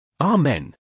Amen